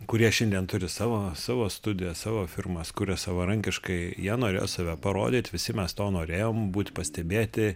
kurie šiandien turi savo savo studijas savo firmas kuria savarankiškai jie norėjo save parodyt visi mes to norėjom būt pastebėti